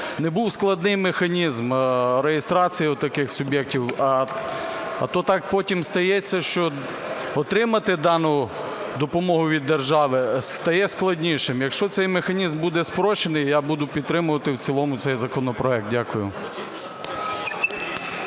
не був складний механізм реєстрації таких суб'єктів, а то так потім стається, що отримати дану допомогу від держави стає складніше. Якщо цей механізм буде спрощений, я буду підтримувати в цілому цей законопроект. Дякую.